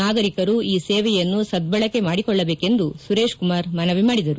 ನಾಗರಿಕರು ಈ ಸೇವೆಯನ್ನು ಸದ್ದಳಕೆ ಮಾಡಿಕೊಳ್ಳಬೇಕೆಂದು ಸುರೇಶ್ ಕುಮಾರ್ ಮನವಿ ಮಾಡಿದರು